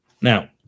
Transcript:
Now